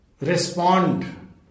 respond